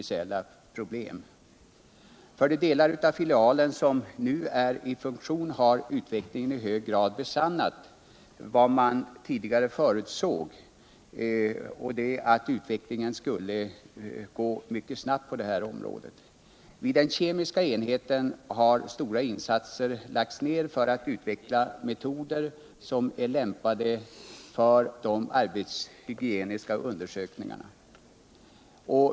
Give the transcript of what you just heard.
För de delar av filialen som nu är i funktion har utvecklingen i hög grad besannat vad man tidigare förutsåg, nämligen att utvecklingen skulle vara mycket snabb på detta område. Vid den kemiska enheten har stora insatser gjorts för att utveckla metoder, som är lämpade för de arbetshygieniska undersökningarna.